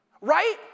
Right